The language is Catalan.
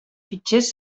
fitxers